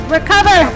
Recover